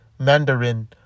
mandarin